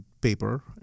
paper